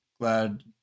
Glad